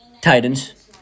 Titans